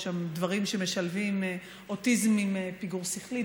יש שם דברים שמשלבים אוטיזם עם פיגור שכלי,